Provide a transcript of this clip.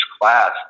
class